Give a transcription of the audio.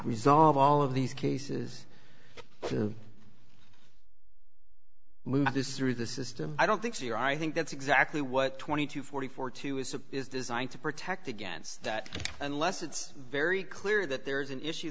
resolve all of these cases to this is through the system i don't think so you're i think that's exactly what twenty to forty four to assume is designed to protect against that unless it's very clear that there is an issue